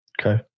Okay